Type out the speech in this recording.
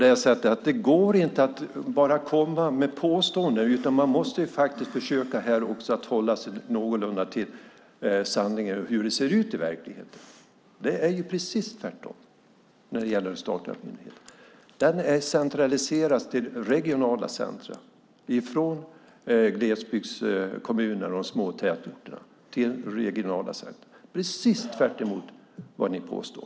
Det går inte att bara komma med påståenden. Man måste försöka hålla sig någorlunda till sanningen och hur det ser ut i verkligheten. Det är precis tvärtom när det gäller de statliga myndigheterna. De centraliseras från glesbygdskommuner och de små tätorterna till regionala centrum. Det är precis tvärtemot vad ni påstår.